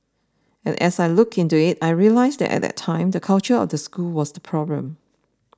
and as I looked into it I realised that at that time the culture of the school was the problem